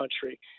country